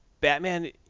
Batman